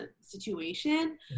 situation